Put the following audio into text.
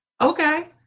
okay